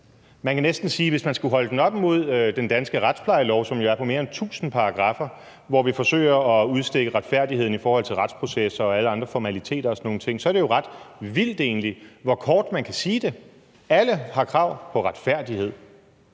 Man kan næsten sige, at hvis man skulle holde den op imod den danske retsplejelov, som jo er på mere end tusind paragraffer, hvor vi forsøger at udstikke retfærdigheden i forhold til retsprocesser og alle andre formaliteter og sådan nogle ting, er det egentlig ret vildt, hvor kort man kan sige det: Alle har krav på retfærdighed.